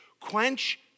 Quench